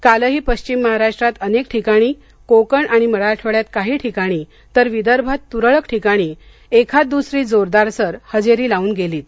कालही पश्चिम महाराष्ट्रात अनेक ठिकाणी कोकण आणि मराठवाङ्यात काही ठिकाणी तर विदर्भात तुरळक ठिकाणी एखाद दुसरी जोरदार सर हजेरी लावून गेलीच